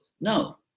No